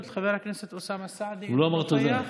הוא לא אמר תודה.